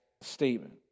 statement